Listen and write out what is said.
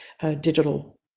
digital